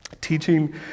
Teaching